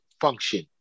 function